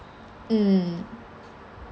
mm